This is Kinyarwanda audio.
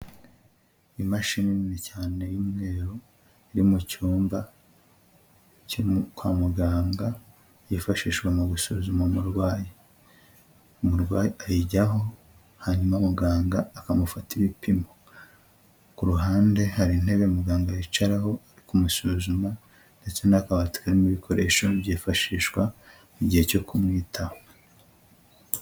Imashini nini cyane y'umweru, iri mu cyumba cyo kwa muganga, yifashishwa mu gusuzuma umurwayi, umurwayi ayijyaho hanyuma muganga akamufata ibipimo, ku ruhande hari intebe muganga yicaraho ari kumusuzuma, ndetse n'akabati karimo ibikoresho byifashishwa mu gihe cyo kumwitaho.